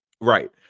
right